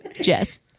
Jess